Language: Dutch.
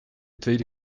tweede